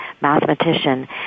mathematician